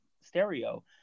Stereo